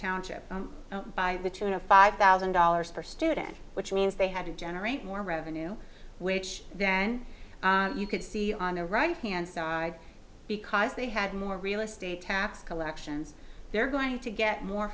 township by the tune of five thousand dollars per student which means they had to generate more revenue which then you could see on the right hand side because they had more real estate tax collections they're going to get more